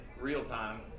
real-time